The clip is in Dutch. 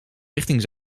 richting